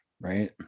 Right